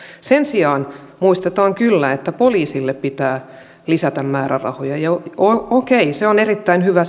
sen sijaan muistetaan kyllä että poliisille pitää lisätä määrärahoja okei sekin on erittäin hyvä